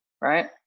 Right